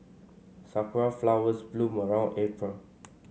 sakura flowers bloom around April